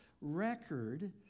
record